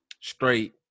straight